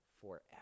forever